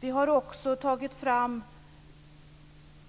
Vi har också tagit fram